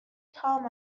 تام